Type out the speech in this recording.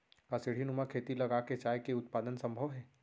का सीढ़ीनुमा खेती लगा के चाय के उत्पादन सम्भव हे?